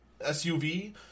SUV